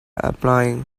applying